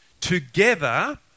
together